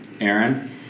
Aaron